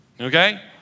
okay